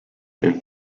and